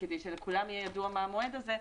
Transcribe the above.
וכדי שלכולם יהיה ידוע מה המועד הזה,